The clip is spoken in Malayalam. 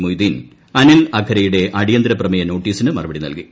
മൊയ്തീൻ അനിൽ അക്കരയുടെ അടിയന്തര പ്രമേയ നോട്ടീസിന് മറുപടി നൽകി